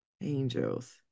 Angels